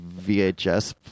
vhs